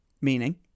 Meaning